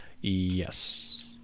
Yes